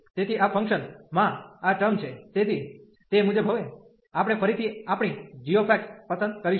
તેથી આ ફંક્શન માં આ ટર્મ છે તેથી તે મુજબ હવે આપણે ફરીથી આપણી gપસંદ કરીશું